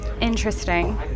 Interesting